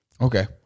Okay